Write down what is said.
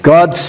God